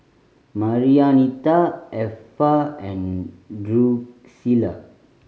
Marianita Effa and Drucilla